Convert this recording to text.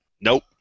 Nope